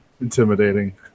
intimidating